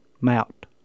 mount